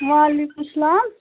وعلیکُم سَلام